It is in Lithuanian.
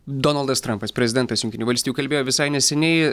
donaldas trampas prezidentas jungtinių valstijų kalbėjo visai neseniai